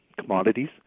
commodities